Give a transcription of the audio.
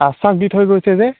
আশ্বাস দি থৈ গৈছে যে